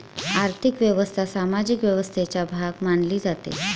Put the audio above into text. आर्थिक व्यवस्था सामाजिक व्यवस्थेचा भाग मानली जाते